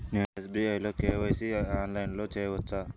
నేను ఎస్.బీ.ఐ లో కే.వై.సి ఆన్లైన్లో చేయవచ్చా?